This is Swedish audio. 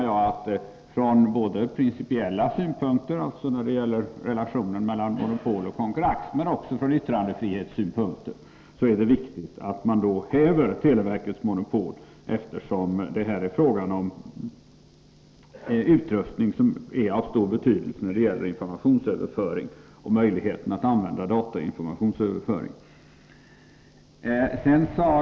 Såväl från principiell synpunkt, alltså relationen mellan monopol och konkurrens, som från yttrandefrihetssynpunkt är det viktigt att televerkets monopol hävs, eftersom det här är fråga om utrustning som har stor betydelse när det gäller möjligheten att använda dataoch informationsöverföring.